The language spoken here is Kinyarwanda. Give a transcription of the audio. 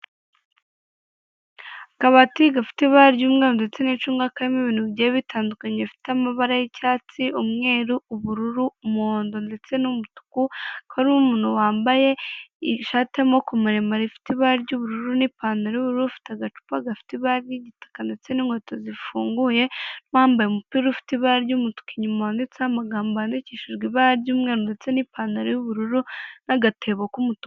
Akabati gafite ibara ry'umweru ndetse n'icunga karimo ibintu bigiye bitandukanye bifite amabara y'icyatsi, umweru, ubururu, umuhondo ndetse n'umutuku, hakaba hariho umuntu wambaye ishati y'amaboko maremare ifite ibara ry'ubururu n'ipantaro y'ubururu ufite agacupa gafite ibara ry'igitaka ndetse n'inkweto zifunguye n'uwambaye umupira ufite ibara ry'umutuku wanditseho amagambo yandikishijwe ibara ry'umweru ndetse n'ipantaro y'ubururu n'agatebo k'umutuku.